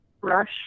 brush